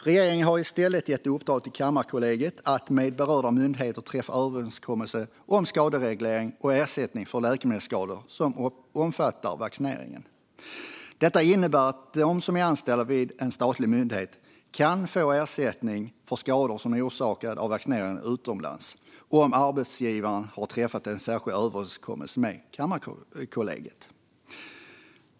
Regeringen har i stället gett i uppdrag till Kammarkollegiet att träffa överenskommelser med berörda myndigheter om skadereglering och ersättning för läkemedelsskador som omfattar vaccineringen. Detta innebär att de som är anställda vid en statlig myndighet kan få ersättning för skador orsakade av vaccinering utomlands om arbetsgivaren har träffat en särskild överenskommelse med Kammarkollegiet.